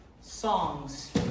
songs